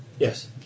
Yes